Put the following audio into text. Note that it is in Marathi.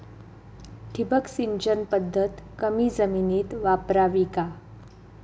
ठिबक सिंचन पद्धत कमी जमिनीत वापरावी का?